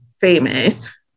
famous